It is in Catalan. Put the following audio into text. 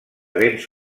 béns